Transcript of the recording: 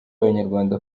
abanyarwanda